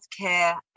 healthcare